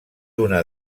una